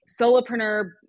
solopreneur